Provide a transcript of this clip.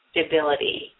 stability